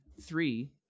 three